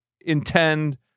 intend